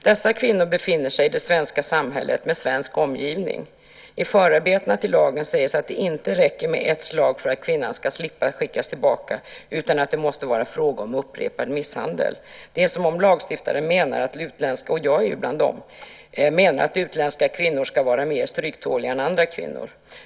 Dessa kvinnor befinner sig i det svenska samhället med svensk omgivning. I förarbetena till lagen sägs att det inte räcker med ett slag för att kvinnan ska slippa skickas tillbaka, utan att det måste vara fråga om upprepad misshandel. Det är som om lagstiftarna - jag är ju bland dem - menar att utländska kvinnor ska vara mer stryktåliga än andra kvinnor.